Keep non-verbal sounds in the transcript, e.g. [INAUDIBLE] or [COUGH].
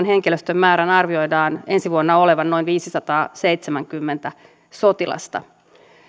[UNINTELLIGIBLE] henkilöstön määrän arvioidaan ensi vuonna olevan noin viisisataaseitsemänkymmentä sotilasta